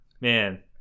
Man